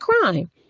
crime